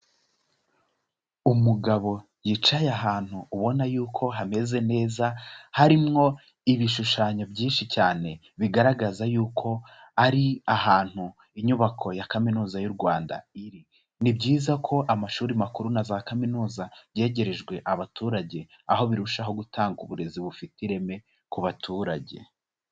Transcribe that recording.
Umugabo yicaye ahantu ubona yuko hameze neza harimwo ibishushanyo byinshi cyane bigaragaza yuko ari ahantu inyubako ya Kaminuza y'u Rwanda iri, ni byiza ko amashuri makuru na za kaminuza byegerejwe abaturage aho birushaho gutanga uburezi bufite ireme ku baturage.